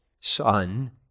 Son